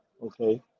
Okay